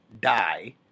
die